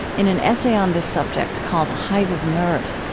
in an essay on this subject, called hive of nerves,